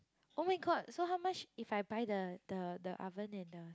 [oh]-my-god so how much if I buy the the the oven and the